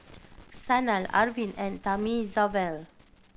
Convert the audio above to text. Sanal Arvind and Thamizhavel